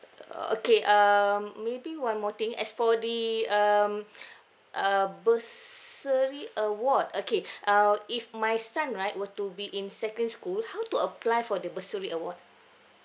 err okay um maybe one more thing as for the um err bursary award okay uh if my son right were to be in second school how to apply for the bursary award